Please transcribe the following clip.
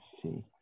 see